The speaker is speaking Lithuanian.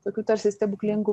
tokiu tarsi stebuklingu